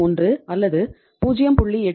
71 அல்லது 0